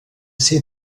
see